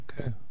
Okay